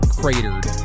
cratered